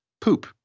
poop